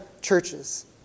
churches